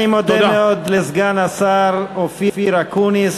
אני מודה מאוד לסגן השר אופיר אקוניס.